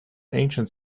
ancient